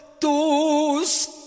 tus